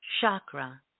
chakra